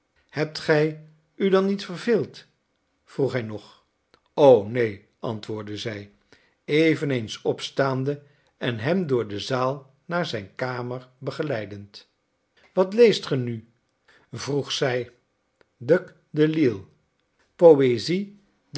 hebt ge u dan niet verveeld vroeg hij nog o neen antwoordde zij eveneens opstaande en hem door de zaal naar zijn kamer begeleidend wat leest ge nu vroeg zij duc de lille poésie